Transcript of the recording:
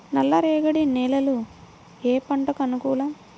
నల్ల రేగడి నేలలు ఏ పంటకు అనుకూలం?